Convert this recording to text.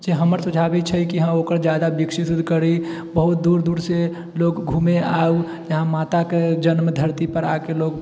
से हमर सुझाव ई छै कि ओकर ज्यादा विकसित उकसित करी बहुत दूर दूरसँ लोक घुमैमे आउ इहाँ माताके जन्म धरतीपर आके लोक